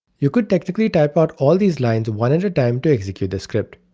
you could technically type out all these lines one and time to execute the script,